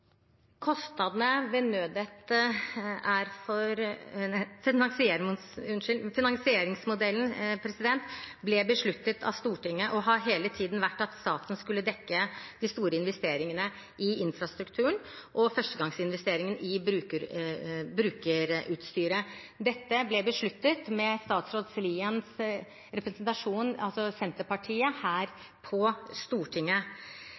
Finansieringsmodellen ble besluttet av Stortinget og har hele tiden vært at staten skulle dekke de store investeringene i infrastrukturen og førstegangsinvesteringen i brukerutstyret. Dette ble besluttet med representanten Lien og Senterpartiet her på Stortinget.